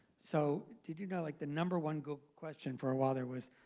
so did you know like the number one google question for a while there was,